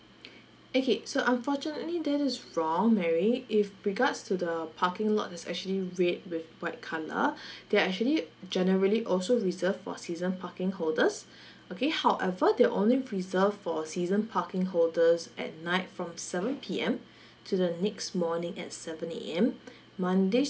okay so unfortunately this is wrong mary with regards to the parking lot that's actually red with white colour they're actually generally also reserved for season parking holders okay however they're only reserved for season parking holders at night from seven P_M to the next morning at seven A_M mondays